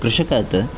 कृषकात्